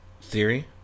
theory